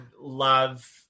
love